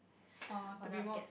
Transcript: uh to be more